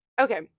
Okay